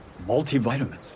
multivitamins